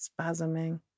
spasming